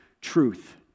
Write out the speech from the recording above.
truth